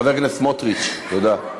חבר הכנסת סמוטריץ, תודה.